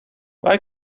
why